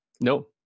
No